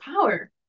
power